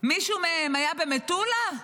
מישהו מהם היה במטולה,